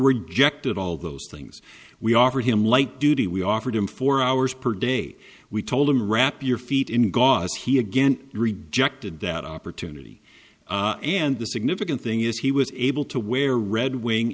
rejected all those things we offered him light duty we offered him four hours per day we told him wrap your feet in gauze he again rejected that opportunity and the significant thing is he was able to wear red wing